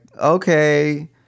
okay